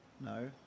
No